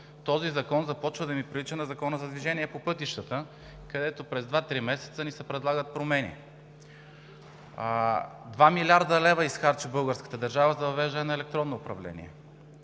този закон започва да ми прилича на Закона за движение по пътищата, където през 2 – 3 месеца ни се предлагат промени. Два милиарда лева изхарчи българската държава за въвеждане на електронно управление.